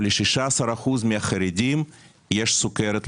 ול-16% מהחרדים יש סכרת,